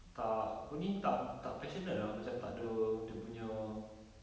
tak apa ni tak tak passionate lah macam tak ada dia punya